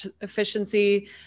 efficiency